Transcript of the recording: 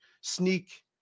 sneak